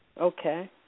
Okay